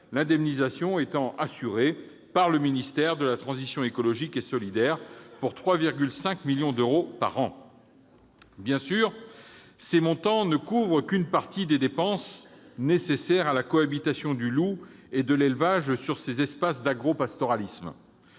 L'indemnisation est quant à elle assurée par le ministère de la transition écologique et solidaire, à hauteur de 3,5 millions d'euros par an. Bien sûr, ces montants ne couvrent qu'une partie des dépenses nécessaires à la cohabitation du loup et de l'élevage sur ces espaces d'agropastoralisme.